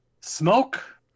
Smoke